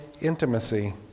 intimacy